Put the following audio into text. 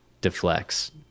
deflects